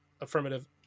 affirmative